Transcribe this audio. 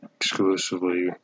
exclusively